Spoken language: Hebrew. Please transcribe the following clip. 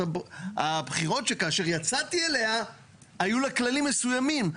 הבחירות שכאשר יצאתי אליה היו לה כללים מסוימים.